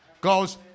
goes